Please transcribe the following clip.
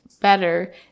better